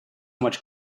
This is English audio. much